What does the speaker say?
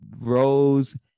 Rose